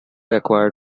acquire